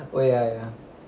oh ya ya